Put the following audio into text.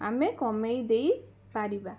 ଆମେ କମାଇ ଦେଇ ପାରିବା